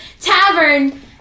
tavern